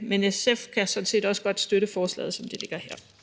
men SF kan sådan set også godt støtte forslaget, som det ligger her.